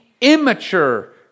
immature